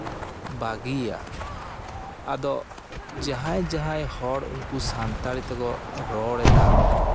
ᱵᱷᱟᱹᱜᱤᱭᱟ ᱟᱫᱚ ᱡᱟᱦᱟᱸᱭ ᱡᱟᱦᱟᱸᱭ ᱦᱚᱲ ᱩᱱᱠᱩ ᱥᱟᱱᱛᱟᱲᱤ ᱛᱮᱠᱚ ᱨᱚᱲ ᱮᱫᱟ